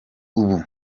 ubu